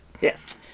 Yes